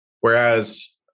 Whereas